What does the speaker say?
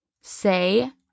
Say